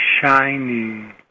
shining